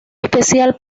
especial